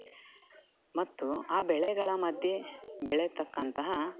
ಮತ್ತು ಆ ಬೆಳೆಗಳ ಮಧ್ಯೆ ಬೆಳೆಯತಕ್ಕಂತಹ